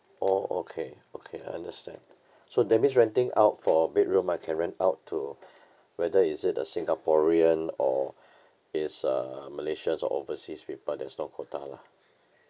oh okay okay I understand so that means renting out for a bedroom I can rent out to whether is it a singaporean or it's uh malaysians or overseas people there's no quota lah